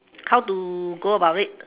how to go about it